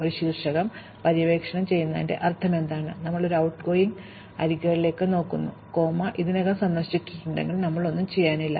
ഒരു ശീർഷകം പര്യവേക്ഷണം ചെയ്യുന്നതിന്റെ അർത്ഥമെന്താണ് ഞങ്ങൾ ഔട്ട് ഗോയിങ്ഗ് അരികുകളിലേക്ക് നോക്കുന്നു i കോമ j ഇതിനകം സന്ദർശിച്ചിട്ടുണ്ടെങ്കിൽ ഞങ്ങൾ ഒന്നും ചെയ്യാനില്ല